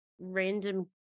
random